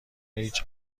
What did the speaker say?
هیچ